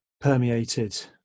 permeated